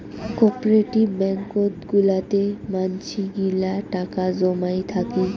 cooperative ব্যাঙ্কত গুলাতে মানসি গিলা টাকা জমাই থাকি